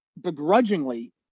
begrudgingly